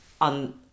on